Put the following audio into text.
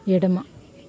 ఎడమ